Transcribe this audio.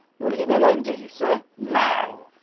want to get me alone, do you, sir? now!